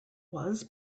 was